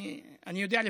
אני יודע לפרגן.